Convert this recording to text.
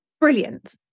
Brilliant